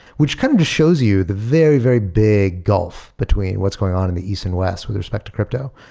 which kind of shows you the very, very big gulf between what's going on and the east and west with respect to crypto.